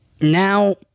now